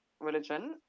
religion